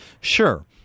Sure